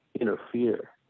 interfere